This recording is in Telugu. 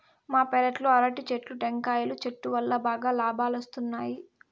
మా పెరట్లో అరటి చెట్లు, టెంకాయల చెట్టు వల్లా బాగా లాబాలొస్తున్నాయి